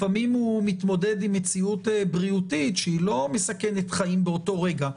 לפעמים הוא מתמודד עם מציאות בריאותית שהיא לא מסכנת חיים באותו רגע,